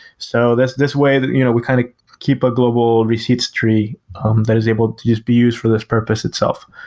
so this this way you know we kind of keep a global receipt's tree that is able to just be used for this purpose itself.